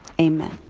amen